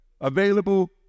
available